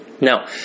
Now